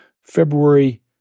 February